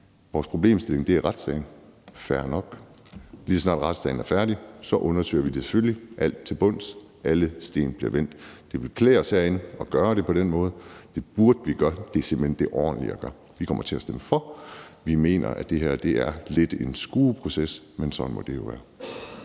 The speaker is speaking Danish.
Vores problem er retssagen – fair nok – og lige så snart retssagen er færdig, undersøger vi selvfølgelig alt til bunds; alle sten bliver vendt. Det ville klæde os herinde at gøre det på den måde. Det burde vi gøre. Det er simpelt hen det ordentlige at gøre. Vi kommer til at stemme for. Vi mener, at det her er lidt en skueproces – men sådan må det jo være.